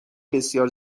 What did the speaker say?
بسیار